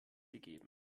gegeben